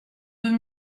deux